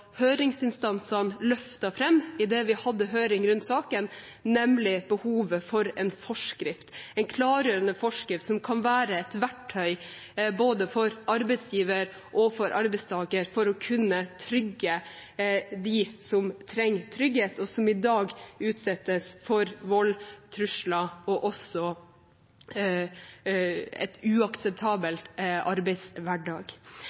høringsinstansene løftet fram da vi hadde høring om saken, nemlig behovet for en forskrift – en klargjørende forskrift som kan være et verktøy både for arbeidsgiver og for arbeidstaker for å kunne trygge dem som trenger trygghet, og som i dag utsettes for vold, trusler og også en uakseptabel arbeidshverdag.